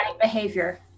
behavior